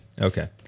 Okay